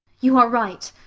you are right.